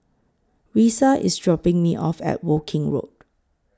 Risa IS dropping Me off At Woking Road